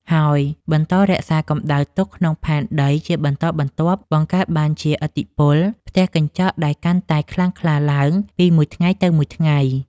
ហើយបន្តរក្សាកម្ដៅទុកក្នុងផែនដីជាបន្តបន្ទាប់ បង្កើតបានជាឥទ្ធិពលផ្ទះកញ្ចក់ដែលកាន់តែខ្លាំងក្លាឡើងពីមួយថ្ងៃទៅមួយថ្ងៃ។